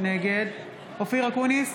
נגד אופיר אקוניס,